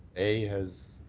a has,